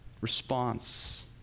response